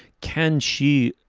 can she?